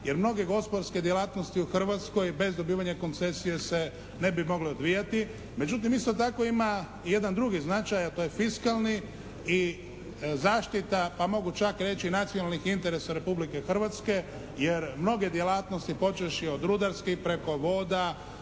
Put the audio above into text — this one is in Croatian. jer mnoge gospodarske djelatnosti u Hrvatskoj bez dobivanja koncesije se ne bi mogle odvijati. Međutim, isto tako ima jedan drugi značaj a to je fiskalni i zaštita pa mogu čak reći nacionalnih interesa Republike Hrvatske jer mnoge djelatnosti počevši od rudarskih preko voda,